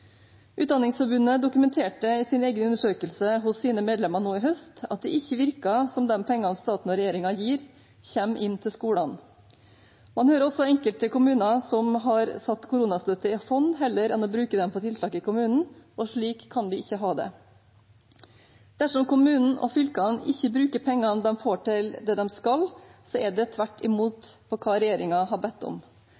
Utdanningsforbundet dokumenterte i sin egen undersøkelse hos sine medlemmer nå i høst at det ikke virket som at de pengene staten og regjeringen gir, kommer inn til skolene. Man hører også om enkelte kommuner som har satt koronastøtten i fond heller enn å bruke den på tiltak i kommunen, og slik kan vi ikke ha det. Dersom kommunene og fylkene ikke bruker pengene de får, til det de skal, går det tvert imot